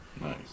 Nice